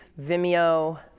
Vimeo